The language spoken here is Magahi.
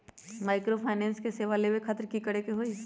माइक्रोफाइनेंस के सेवा लेबे खातीर की करे के होई?